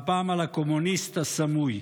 והפעם על הקומוניסט הסמוי.